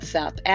South